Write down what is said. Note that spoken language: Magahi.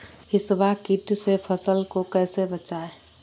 हिसबा किट से फसल को कैसे बचाए?